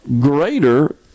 greater